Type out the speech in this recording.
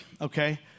okay